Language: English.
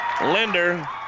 Linder